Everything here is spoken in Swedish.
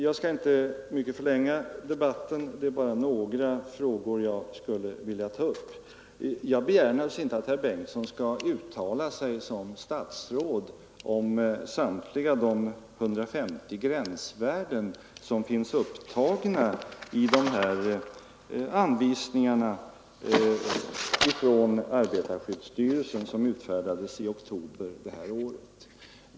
Jag skall inte förlänga debatten så mycket mera — det är bara ett par frågor som jag skulle vilja ta upp. Jag begär naturligtvis inte att herr Bengtsson skall uttala sig som statsråd om samtliga de 150 gränsvärden som finns upptagna i de anvisningar som utfärdades av arbetarskyddsstyrelsen i oktober detta år.